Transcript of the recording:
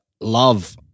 love